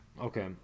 Okay